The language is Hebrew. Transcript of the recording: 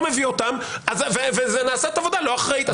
לא מעביר לי אותם ונעשית עבודה לא אחראית.